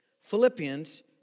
Philippians